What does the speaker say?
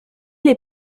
les